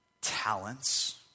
talents